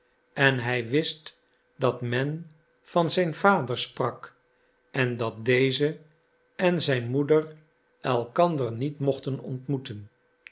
en hij wist dat men van zijn vader sprak en dat deze en zijn moeder elkander niet mochten ontmoeten